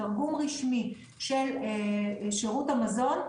תרגום רשמי של שירות המזון,